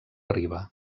riba